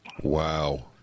Wow